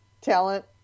talent